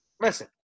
listen